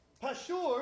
Pashur